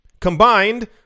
Combined